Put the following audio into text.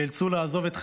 נאלצו לעזוב את חייהן,